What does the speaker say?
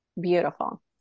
Beautiful